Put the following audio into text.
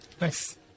Nice